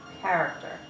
character